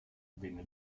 venne